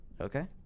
okay